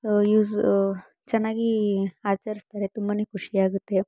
youths ಚೆನ್ನಾಗಿ ಆಚರಿಸ್ತಾರೆ ತುಂಬನೇ ಖುಷಿಯಾಗುತ್ತೆ